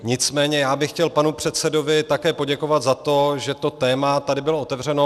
Nicméně já bych chtěl panu předsedovi také poděkovat za to, že to téma tady bylo otevřeno.